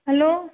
hello